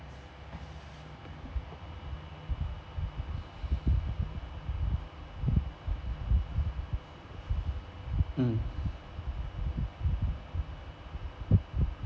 mm